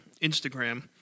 Instagram